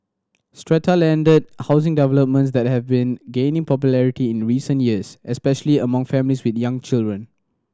strata landed housing developments that have been gaining popularity in recent years especially among families with young children